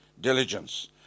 diligence